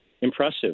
impressive